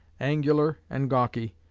angular and gawky,